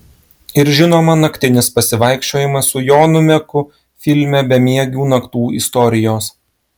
ir žinoma naktinis pasivaikščiojimas su jonu meku filme bemiegių naktų istorijos